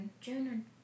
June